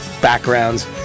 backgrounds